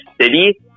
City